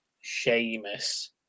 Sheamus